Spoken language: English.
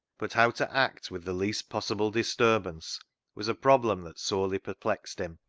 but how to act with the least possible disturbance was a problem that sorely perplexed him.